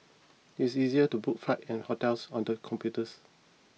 it is easier to book flights and hotels on the computers